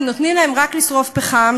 כי נותנים להם רק לשרוף פחם,